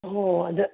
ꯑꯣ ꯑꯗ